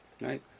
right